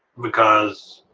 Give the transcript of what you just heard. because,